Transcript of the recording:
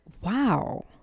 wow